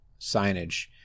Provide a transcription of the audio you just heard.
signage